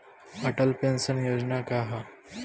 Atal pension योजना का ह?